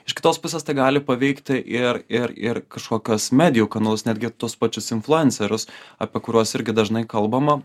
iš kitos pusės tai gali paveikti ir ir ir kažkokius medijų kanalus netgi tuos pačius influencerius apie kuriuos irgi dažnai kalbama